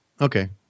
Okay